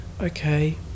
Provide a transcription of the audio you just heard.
okay